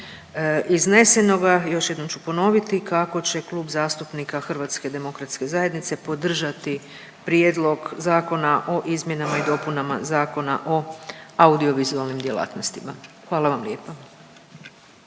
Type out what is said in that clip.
iznesenoga još jednom ću ponoviti kako će klub zastupnika HDZ-a podržati prijedlog Zakona o izmjenama i dopunama Zakona o audiovizualnim djelatnostima. Hvala vam lijepa.